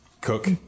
Cook